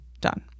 done